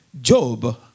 Job